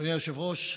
אדוני היושב-ראש,